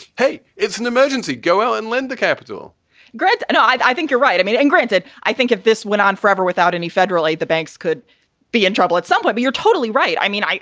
hey, it's an emergency. go out and lend the capital grid and um i think you're right. i mean, and granted, i think if this went on forever without any federal aid, the banks could be in trouble at some point. but you're totally right. i mean,